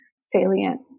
salient